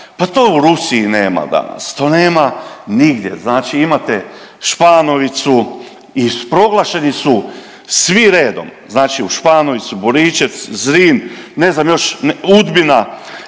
pa to u Rusiji nema danas, to nema nigdje. Znači imate Španovicu i proglašeni su svi redom, znači u Španovicu, Borićec, Zrin, ne znam još Udbina